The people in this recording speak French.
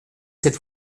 cette